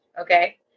Okay